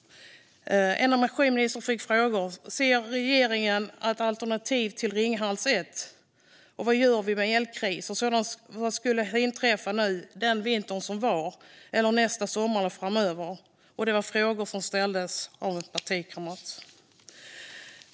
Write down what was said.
Energiministern fick frågor: Ser regeringen ett alternativ till Ringhals 1, och vad gör vi om en elkris skulle inträffa i vinter - den som var - eller nästa sommar eller framöver? Detta var frågor som ställdes av en partikamrat.